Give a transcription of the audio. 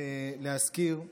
להזכיר פה